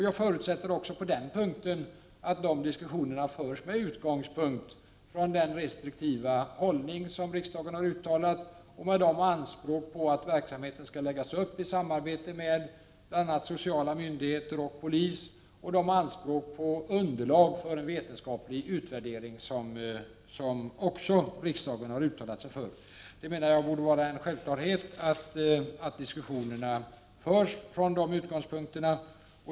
Jag förutsätter att de diskussionerna förs med utgångpunkt i den restriktiva hållning som riksdagen har uttalat sig för och med anspråk på att verksamheten skall läggas upp i samarbete med bl.a. sociala myndigheter och polis. Jag förutsätter också att man utgår från de anspråk på underlag för en vetenskaplig utvärdering som riksdagen har uttalat sig för. Det borde vara en självklarhet att diskussionerna förs från dessa utgångspunkter.